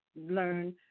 learn